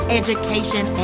education